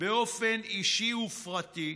באופן אישי ופרטי.